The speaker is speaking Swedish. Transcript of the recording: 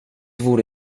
vore